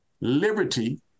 liberty